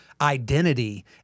identity